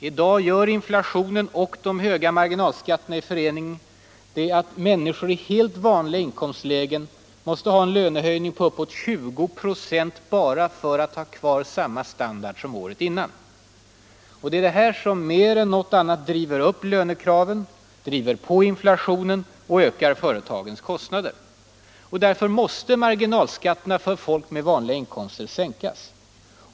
I dag gör inflationen och de höga marginalskatterna i förening att människor i helt vanliga inkomstlägen måste ha en lönehöjning på uppemot 20 ". för att ha kvar samma standard som året innan. Det är det som mer än något annat driver upp lönekraven, driver på inflationen och ökar företagens kostnader. Därför måste marginalskatterna för folk med vanliga inkomster sänkas.